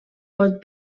pot